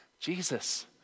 Jesus